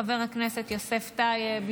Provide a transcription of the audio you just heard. חבר הכנסת יוסף טייב,